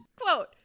Quote